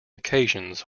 occasions